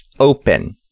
open